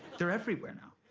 they're everywhere now,